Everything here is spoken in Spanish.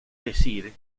decir